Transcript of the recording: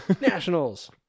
nationals